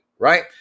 right